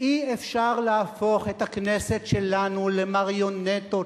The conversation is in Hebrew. אי-אפשר להפוך את הכנסת שלנו למריונטות,